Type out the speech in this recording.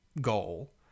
goal